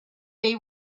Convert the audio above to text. they